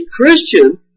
Christian